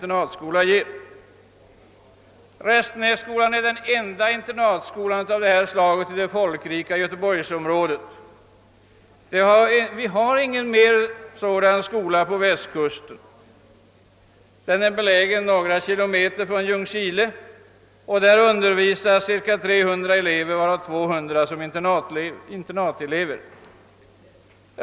Restenässkolan är den enda internatskolan av detta slag i det folkrika göteborgsområdet — det finns över huvud taget ingen mer sådan skola på västkusten. Den är belägen några kilometer från Ljungskile, och där undervisas cirka 300 elever, varav 200 som internatelever.